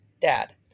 Dad